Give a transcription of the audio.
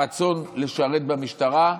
הרצון לשרת במשטרה,